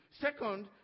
Second